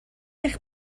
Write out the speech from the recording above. eich